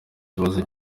kibazo